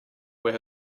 where